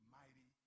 mighty